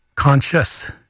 conscious